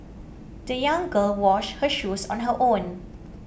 the young girl washed her shoes on her own